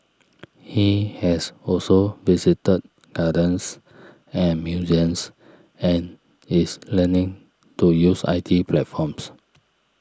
he has also visited gardens and museums and is learning to use I T platforms